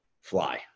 fly